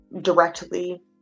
directly